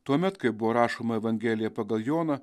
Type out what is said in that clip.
tuomet kai buvo rašoma evangelija pagal joną